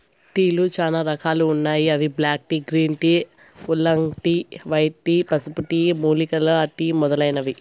టీలు చానా రకాలు ఉన్నాయి అవి black tea, green tea, oolong tea, white tea, పసుపు టీ, మూలికల టీ మొదలైనవి